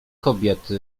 kobiety